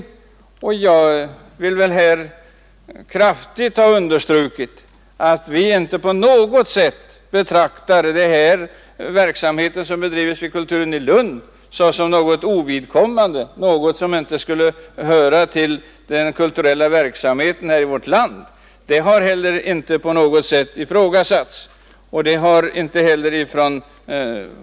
Jag vill kraftigt understryka att vi inte på något sätt betraktar den verksamhet som bedrives vid Kulturen i Lund såsom något ovidkommande eller som något som inte skulle höra till den kulturella aktiviteten i vårt land.